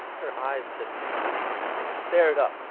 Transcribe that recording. her eyes just kinda stared up.